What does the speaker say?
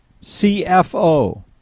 CFO